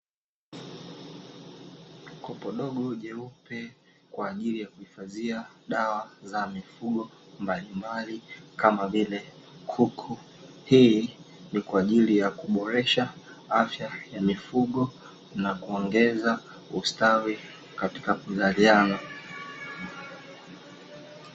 Kopo dogo jeupe kwaajili ya kuifadhia dawa za mifugo mbalimbali kama vile kuku, hii ni kwa ajili ya kuboresha afya ya mifugo na kuongeza ustawi katika kuzaliana.